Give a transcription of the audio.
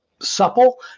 supple